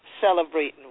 celebrating